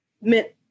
Meant